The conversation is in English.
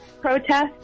protest